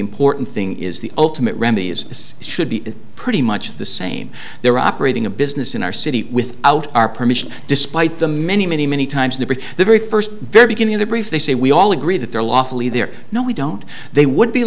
important thing is the ultimate remedy is this should be pretty much the same they're operating a business in our city without our permission despite the many many many times during the very first very beginning of the brief they say we all agree that there lawfully there no we don't they would be